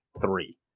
three